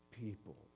people